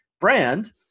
brand